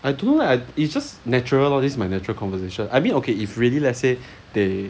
I do lah it's just natural lor this my natural conversation I mean okay if really let say they